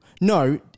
No